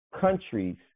countries